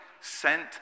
sent